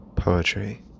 Poetry